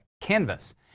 canvas